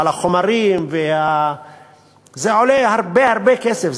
אבל החומרים עולים הרבה הרבה כסף,